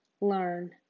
Learn